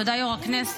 תודה, יו"ר הכנסת.